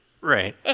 Right